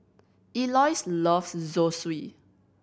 Eloise loves Zosui